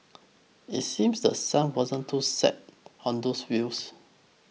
it seems The Sun wasn't too set on those views